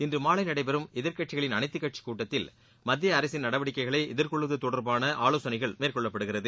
இன்று மாலை நடைபெறும் எதிர்கட்சிகளின் அனைத்துக் கட்சி கூட்டத்தில் மத்திய அரசின் நடவடிக்கைகளை எதிர்கொள்வது தொடர்பான ஆலோசனைகள் மேற்கொள்ளப்படுகிறது